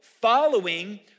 following